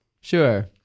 Sure